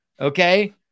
okay